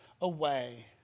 away